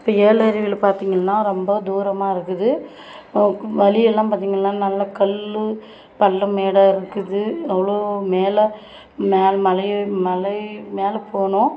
இப்போ ஏழருவில பார்த்தீங்கன்னா ரொம்ப தூரமாக இருக்குது வழியெல்லாம் பார்த்தீங்கள்னா நல்லா கல் பள்ளம் மேடாக இருக்குது அவ்வளோ மேலே மேல் மலை மலை மேல் போகணும்